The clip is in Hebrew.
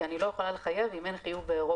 כי אני לא יכולה לחייב אם אין חיוב באירופה.